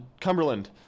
Cumberland